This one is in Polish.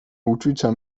uczucia